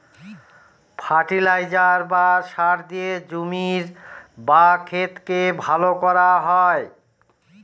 fertiliser বা সার দিয়ে জমির বা ক্ষেতকে ভালো করা হয়